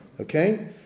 Okay